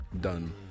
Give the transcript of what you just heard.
done